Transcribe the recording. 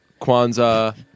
Kwanzaa